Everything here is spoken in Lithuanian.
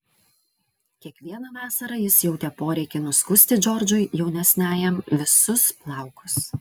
kiekvieną vasarą jis jautė poreikį nuskusti džordžui jaunesniajam visus plaukus